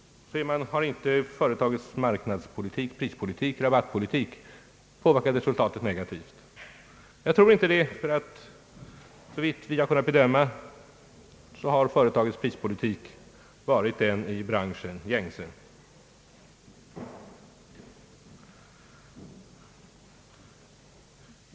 Man frågar: Har inte företagets prispolitik, rabattpolitik och marknadspolitik påverkat resultatet negativt? Jag tror inte det. Såvitt vi kunnat bedöma, har företagets prispolitik varit den i branschen gängse.